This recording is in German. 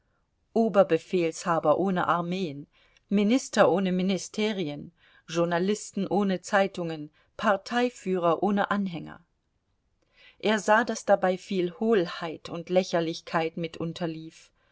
oberbefehlshaber ohne armeen minister ohne ministerien journalisten ohne zeitungen parteiführer ohne anhänger er sah daß dabei viel hohlheit und lächerlichkeit mit